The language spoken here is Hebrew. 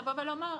לבוא ולומר,